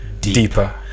deeper